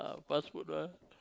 fast food mah